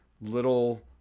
little